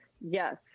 Yes